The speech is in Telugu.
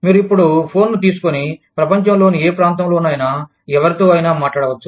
మీరు ఇప్పుడు ఫోన్ను తీసుకొని ప్రపంచంలోని ఏ ప్రాంతంలోనైనా ఎవరితో అయినా మాట్లాడవచ్చు